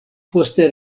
poste